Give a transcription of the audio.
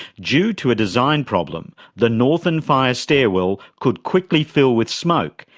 due to a design problem, the northern fire stairwell could quickly fill with smoke,